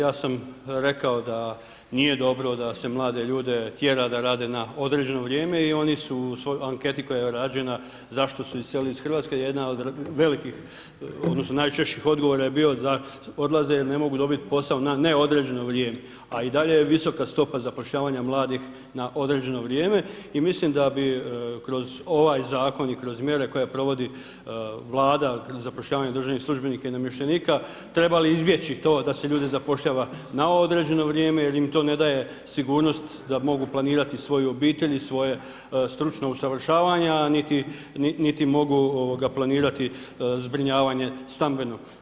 Ja sam rekao da nije dobro da se mlade ljude tjera da rade na određeno vrijeme i oni su u anketi koja je rađena, Zašto su iselili iz RH, jedna od velikih odnosno najčešćih odgovora je bio da odlaze jel ne mogu dobiti posao na neodređeno vrijeme, a i dalje je visoka stopa zapošljavanja mladih na određeno vrijeme i mislim da bi kroz ovaj Zakon i kroz mjere koje provodi Vlada, zapošljavanje državnih službenika i namještenika, trebali izbjeći to da se ljude zapošljava na određeno vrijeme jel im to ne daje sigurnost da mogu planirati svoju obitelj i svoje stručno usavršavanje, a niti mogu planirati zbrinjavanje stambeno.